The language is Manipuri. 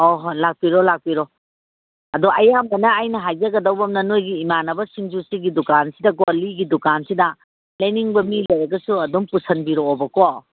ꯑꯧ ꯍꯣꯏ ꯂꯥꯛꯄꯤꯔꯣ ꯂꯥꯛꯄꯤꯔꯣ ꯑꯗꯨ ꯑꯌꯥꯝꯕꯅ ꯑꯩꯅ ꯍꯥꯏꯖꯒꯗꯧꯕ ꯑꯃꯅ ꯅꯣꯏꯒꯤ ꯏꯃꯥꯟꯅꯕꯁꯤꯡꯁꯨ ꯁꯤꯒꯤ ꯗꯨꯀꯥꯟꯁꯤꯗꯀꯣ ꯂꯤꯒꯤ ꯗꯨꯀꯥꯟꯁꯤꯗ ꯂꯩꯅꯤꯡꯕ ꯃꯤ ꯂꯩꯔꯒꯁꯨ ꯑꯗꯨꯝ ꯄꯨꯁꯤꯟꯕꯤꯔꯛꯑꯣꯕꯀꯣ